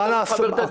מה לעשות,